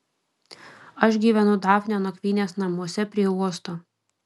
aš gyvenu dafnio nakvynės namuose prie uosto